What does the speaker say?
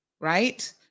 right